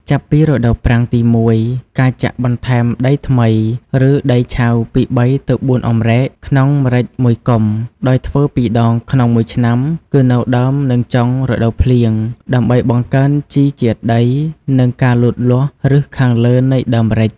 ចាប់ពីរដូវប្រាំងទី១ ការចាក់បន្ថែមដីថ្មី ឬដីឆៅពី ៣ទៅ៤ អំរែក ក្នុងម្រេច១គុម្ព ដោយធ្វើ២ដងក្នុង១ឆ្នាំ គឺនៅដើមនឹងចុង រដូវភ្លៀង ដើម្បីបង្កើនជីជាតិដី និង ការលូតលាស់ឫសខាងលើនៃដើមម្រេច។